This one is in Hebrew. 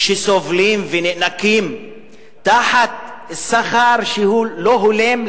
שסובלים ונאנקים תחת שכר שהוא לא הולם,